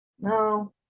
No